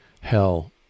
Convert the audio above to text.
hell